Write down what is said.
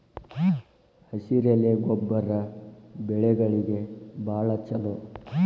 ಹಸಿರೆಲೆ ಗೊಬ್ಬರ ಬೆಳೆಗಳಿಗೆ ಬಾಳ ಚಲೋ